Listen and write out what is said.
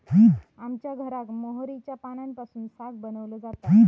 आमच्या घराक मोहरीच्या पानांपासून साग बनवलो जाता